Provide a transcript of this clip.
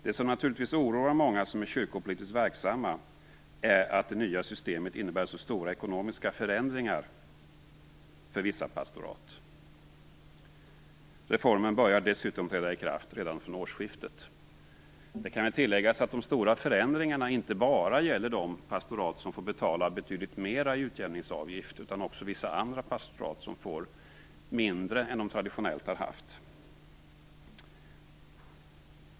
Det som naturligtvis oroar många som är kyrkopolitiskt verksamma är att det nya systemet innebär så stora ekonomiska förändringar för vissa pastorat. Reformen börjar dessutom träda i kraft redan från årsskiftet. Det kan tilläggas att de stora förändringarna inte bara gäller de pastorat som får betala betydligt mera i utjämningsavgift, utan också vissa andra pastorat som får mindre än de traditionellt har haft.